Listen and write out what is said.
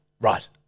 Right